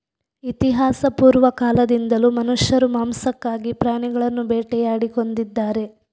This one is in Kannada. ಇತಿಹಾಸಪೂರ್ವ ಕಾಲದಿಂದಲೂ ಮನುಷ್ಯರು ಮಾಂಸಕ್ಕಾಗಿ ಪ್ರಾಣಿಗಳನ್ನು ಬೇಟೆಯಾಡಿ ಕೊಂದಿದ್ದಾರೆ